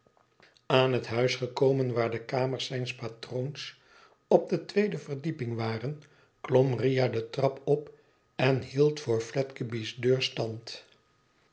aan het huis gekomen waar de kamers zijns patroons op de tweede verdieping waren klom riah de trap op en hield voor fledeby's deur